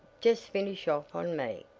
just finish off on me!